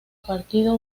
partido